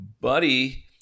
Buddy